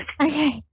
okay